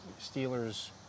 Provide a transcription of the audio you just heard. Steelers